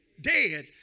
dead